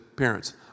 parents